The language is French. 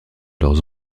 leurs